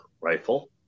rifle